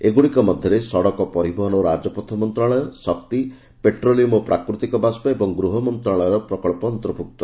ଏଗୁଡ଼ିକ ମଧ୍ୟରେ ସଡ଼କ ପରିବହନ ଓ ରାଜପଥ ମନ୍ତ୍ରଣାଳୟ ଶକ୍ତି ପେଟ୍ରୋଲିୟମ୍ ଓ ପ୍ରାକୃତିକ ବାଷ୍ପ ଏବଂ ଗୃହ ମନ୍ତ୍ରଣାଳୟର ପ୍ରକଳ୍ପ ଅନ୍ତର୍ଭୁକ୍ତ